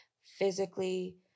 physically